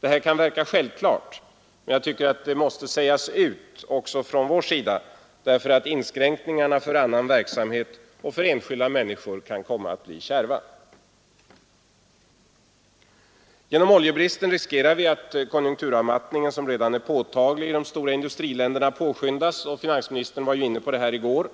Det här kan verka självklart, men jag tycker att det måste sägas ut också från vår sida därför att inskränkningarna för annan verksamhet och för enskilda människor kan komma att bli kärva. Genom oljebristen riskerar vi att konjunkturavmattningen som redan är påtaglig i de stora industriländerna påskyndas, och finansministern var inne på det i går.